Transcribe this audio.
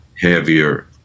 heavier